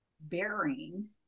bearing